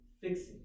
fixing